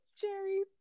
Jerry